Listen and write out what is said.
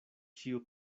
ĉiu